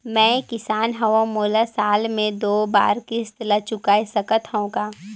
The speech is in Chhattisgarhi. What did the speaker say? मैं किसान हव मोला साल मे दो बार किस्त ल चुकाय सकत हव का?